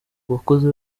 uwakoze